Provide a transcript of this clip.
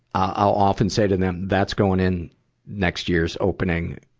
i'll often say to them that's going in next year's opening,